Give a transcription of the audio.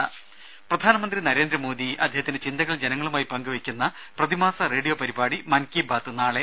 രുമ പ്രധാനമന്ത്രി നരേന്ദ്രമോദി അദ്ദേഹത്തിന്റെ ചിന്തകൾ ജനങ്ങളുമായി പങ്കുവെക്കുന്ന പ്രതിമാസ റേഡിയോ പരിപാടി മൻകീ ബാത് നാളെ